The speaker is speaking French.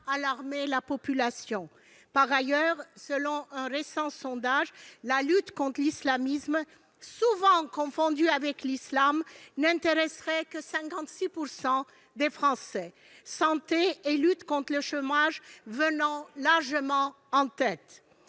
alarmer la population ! D'ailleurs, selon un récent sondage, la lutte contre l'islamisme, souvent confondu avec l'islam, n'intéresserait que 56 % des Français, la santé et la lutte contre le chômage venant largement en tête.